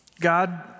God